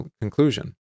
conclusion